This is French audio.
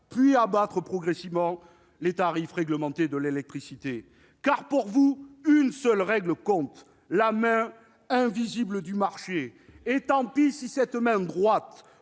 puis en abattant progressivement les tarifs réglementés de l'électricité. Car, pour vous, une seule règle compte : la main invisible du marché ; et tant pis si cette main droite